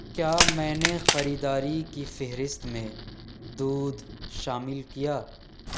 کیا میں نے خریداری کی فہرست میں دودھ شامل کیا